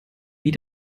wie